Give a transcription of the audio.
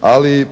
Ali